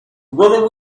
whether